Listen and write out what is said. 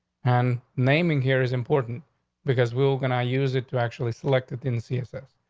and naming here is important because we're gonna use it to actually select it in css.